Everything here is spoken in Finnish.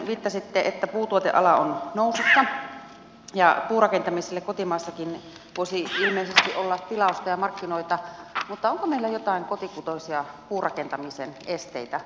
viittasitte että puutuoteala on nousussa ja puurakentamiselle kotimaassakin voisi ilmeisesti olla tilausta ja markkinoita mutta onko meillä joitain kotikutoisia puurakentamisen esteitä